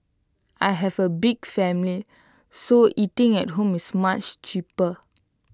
I have A big family so eating at home is much cheaper